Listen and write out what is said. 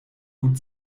gut